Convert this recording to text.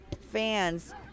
fans